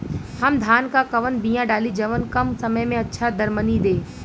हम धान क कवन बिया डाली जवन कम समय में अच्छा दरमनी दे?